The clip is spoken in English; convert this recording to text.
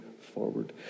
forward